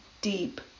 deep